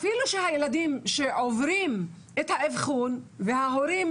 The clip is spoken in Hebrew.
אפילו שהילדים שעוברים את האבחון וההורים